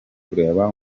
kureba